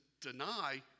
deny